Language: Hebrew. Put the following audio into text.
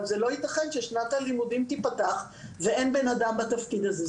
אבל לא ייתכן ששנת הלימודים תיפתח ואין בן אדם בתפקיד הזה.